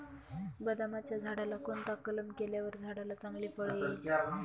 बदामाच्या झाडाला कोणता कलम केल्यावर झाडाला चांगले फळ येईल?